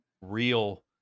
real